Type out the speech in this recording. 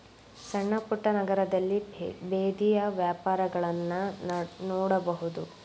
ಸಣ್ಣಪುಟ್ಟ ನಗರದಲ್ಲಿ ಬೇದಿಯ ವ್ಯಾಪಾರಗಳನ್ನಾ ನೋಡಬಹುದು